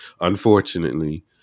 Unfortunately